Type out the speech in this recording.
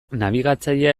nabigatzailea